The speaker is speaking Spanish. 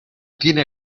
tiene